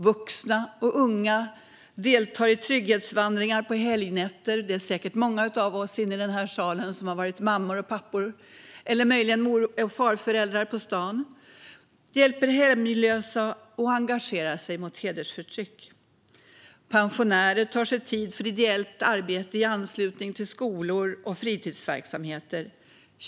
Vuxna och unga deltar i trygghetsvandringar på helgnätter - det är säkert många av oss i den här salen som har varit mammor och pappor eller möjligen mor och farföräldrar på stan - hjälper hemlösa och engagerar sig mot hedersförtryck. Pensionärer tar sig tid för ideellt arbete i anslutning till skolor och fritidsverksamheter.